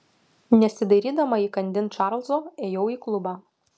nesidairydama įkandin čarlzo ėjau į klubą